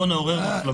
אז בואו נעורר מחלוקות.